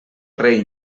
rei